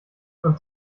und